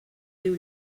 diu